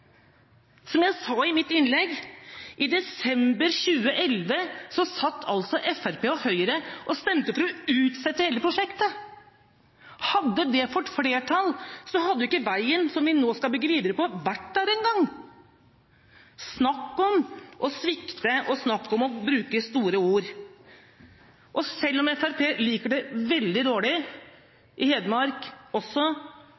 Som jeg sa i mitt innlegg, satt altså Fremskrittspartiet og Høyre i desember 2011 og stemte for å utsette hele prosjektet. Hadde de fått flertall, hadde jo ikke veien som vi nå skal bygge videre på, vært der engang. Snakk om å svikte, og snakk om å bruke store ord. Og selv om Fremskrittspartiet liker det veldig